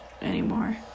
anymore